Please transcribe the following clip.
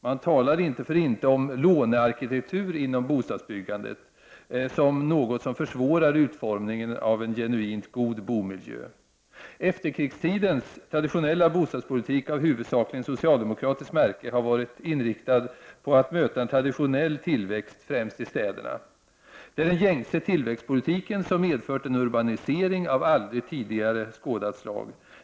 Man talar inte för inte om lånearkitektur inom bostadsbyggandet som något som försvårar utformningen av en genuint god bomiljö. Efterkrigstidens traditionella bostadspolitik av huvudsakligen socialdemokratiskt märke har varit inriktad på att möta en traditionell tillväxt, främst i städerna. Det är den gängse tillväxtpolitiken som har medfört en urbanisering av aldrig tidigare skådat slag.